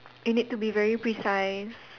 you need to be very precise